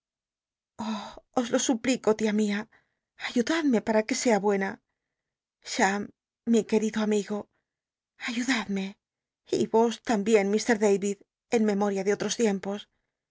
os lo suplico tia mia ayudadme pma que sea buena cham mi quel ido amigo ayudadme y vos tambien mr david en memo ria de otros tiempos